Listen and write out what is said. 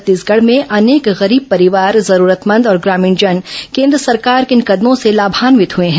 छत्तीसगढ में अनेक गरीब परिवार जरूरतमंद और ग्रामीणजन केन्द्र सरकार के इन ं कदमों से लाभान्वित हए हैं